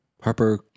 Harper